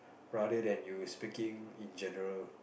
rather than you speaking in general